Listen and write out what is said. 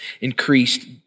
increased